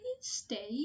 stay